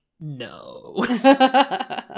no